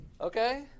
Okay